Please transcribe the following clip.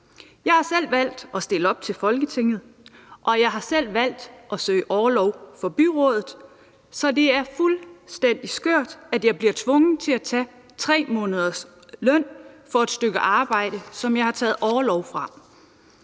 Jeg har selv valgt at stille op til Folketinget, og jeg har selv valgt at søge orlov fra byrådet, så det er fuldstændig skørt, at jeg bliver tvunget til at tage 3 måneders løn for et stykke arbejde, som jeg har taget orlov fra.